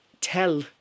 tell